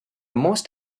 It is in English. most